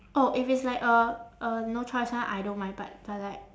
oh if it's like a a no choice [one] I don't mind but but like